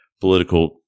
political